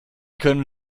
können